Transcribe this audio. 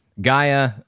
Gaia